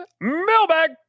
mailbag